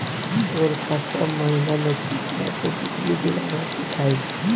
ओर का सब महीना में कितना के बिजली बिल आवत दिखाई